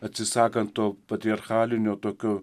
atsisakant to patriarchalinio tokios